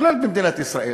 כולל במדינת ישראל,